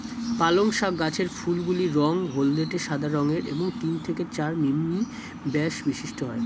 পালং শাক গাছের ফুলগুলি রঙ হলদেটে সাদা রঙের এবং তিন থেকে চার মিমি ব্যাস বিশিষ্ট হয়